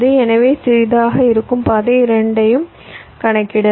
எனவே சிறியதாக இருக்கும் பாதை இரண்டையும் கணக்கிடலாம்